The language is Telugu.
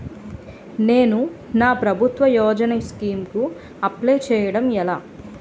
నేను నా ప్రభుత్వ యోజన స్కీం కు అప్లై చేయడం ఎలా?